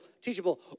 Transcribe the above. teachable